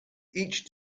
each